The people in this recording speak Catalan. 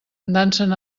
dansen